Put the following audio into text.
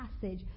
passage